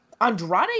Andrade